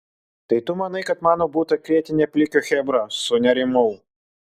tai tu manai kad mano butą krėtė ne plikio chebra sunerimau